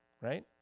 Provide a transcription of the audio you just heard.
right